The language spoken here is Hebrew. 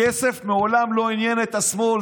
כסף מעולם לא עניין את השמאל.